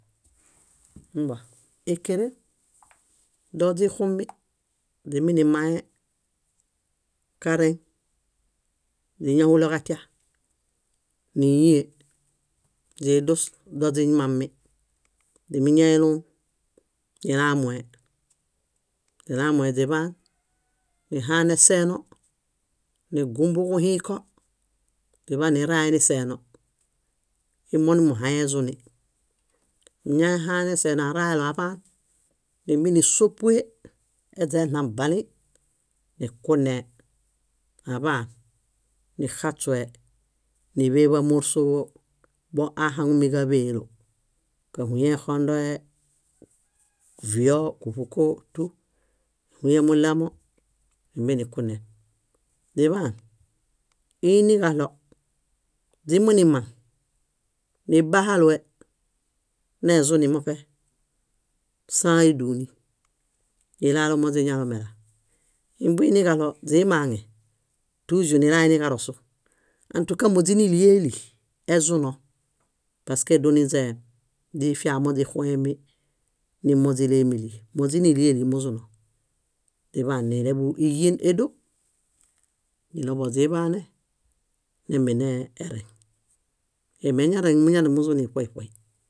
Mbõ. Ékere, doźixumi, źiminimae kareŋ, źíñahulo ġatia, źíyie, źidus dozimami. Źímiñaeloom, nilamue, źilamue źiḃaan, nihane seeno, nigumbuġuhĩko, źiḃanirae niseeno. Íi monimuhãezuni. Miñahane seeno araelo aḃaan, nímbenisopue eźaeɭãbalĩ, nikunee aḃaan nixaśue níḃebamorsoo boahaŋumi ġáḃeelo: káhuye exondoe, vío, kúṗuko tú, níhuye mullamo, nímbe nikune. Źiḃaan, iiniġaɭo źimunimaŋ, nibahalue, nezuni muṗe, sã éduni, ilalo moźiñalomela. Imbuiniġaɭo źimaŋe, túĵur nilae niġarosu. Ãtuka móźinilieli, ezuno paske duninźeem, źifia moźixuemi nímoźileemeli. Móźinilieli muzuno. Źiḃaan nileḃu éyen édoṗ, niɭoḃuġo źiḃaane, nembenee ereŋ. Emeñareŋ muñadianimuzuni ṗoy ṗoy